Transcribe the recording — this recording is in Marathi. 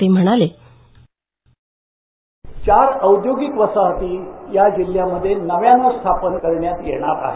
ते म्हणाले चार नव्या औद्योगिक वसाहती या जिल्ह्यांमध्ये नव्याने स्थापन करण्यात येणार आहेत